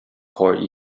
court